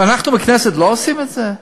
ואנחנו בכנסת לא עושים את זה?